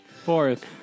Fourth